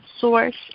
source